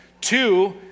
two